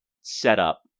setup